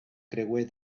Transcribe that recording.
creuer